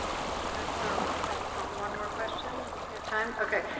we have time for i just want one more question? we have time? ok.